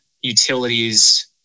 utilities